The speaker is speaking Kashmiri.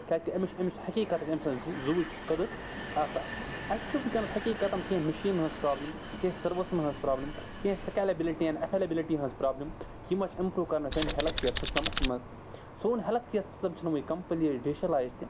کیٛازِکہِ أمِس چھِ أمِس حقیقتاً أمۍ سٕنٛز زُ زُوٕچ قٔدٕر آسان اَسہِ چھُ وٕنۍکیٚنس حٮقیٖقتاً کیٚنٛہہ مِشیٖنہٕ ہٕنٛز پرٛابلِم کیٚنٛہہ سٔروِسَن ہٕنٛز پرٛابلِم کینٛہہ سِکیلبِلٹیَن اٮ۪فیلیبلٹی ہٕنٛز پرٛابلِم یِما چھِ اِمپرٛوٗ کَرنہٕ سٲنِس ہٮ۪لٕتھ کیر سِسٹَمَس منٛز سون ہیلٕتھ کیر سِسٹَم چھِنہٕ وٕنۍ کَمپٕلیٹی ڈِجٹَلایِز تہِ